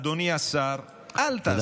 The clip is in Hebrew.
אדוני השר, אל תעשה את זה.